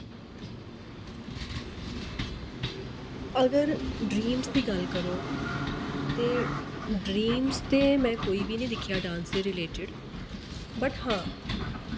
अगर ड्रीम्स दी गल्ल करो ते ड्रीम्स ते में कोई बी नी दिक्खेआ डांस दे रिलेटिड बट हां